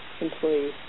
employees